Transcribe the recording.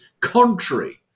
contrary